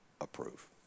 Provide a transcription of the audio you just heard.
approve